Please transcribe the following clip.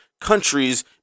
countries